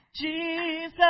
Jesus